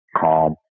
calm